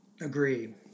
Agree